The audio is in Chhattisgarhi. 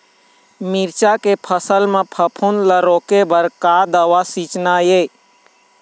मिरचा के फसल म फफूंद ला रोके बर का दवा सींचना ये?